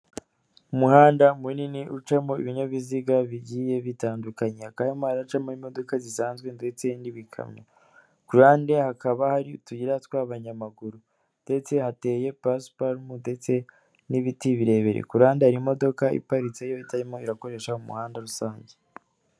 Umuhanda munini ucamo ibinyabiziga bigiye bitandukanye, hakaba hrimo haracamo imodoka zisanzwe ndetse n'ibikamyo, kuruhande hakaba hari utuyira tw'abanyamaguru ndetse hateye pasiparumu ndetse n'ibiti birebire, kuruhande hari imodoka iparitse yo itarimo irakoresha umuhanda rusange.